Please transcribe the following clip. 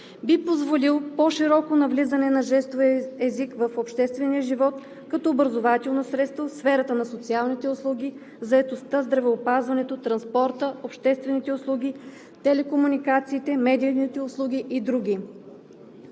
би позволил по-широкото навлизане на жестовия език в обществения живот като образователно средство в сферата на социалните услуги, заетостта, здравеопазването, транспорта, обществените услуги, телекомуникациите, медийните услуги и други.